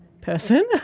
person